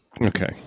okay